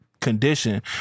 condition